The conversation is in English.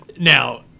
Now